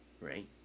right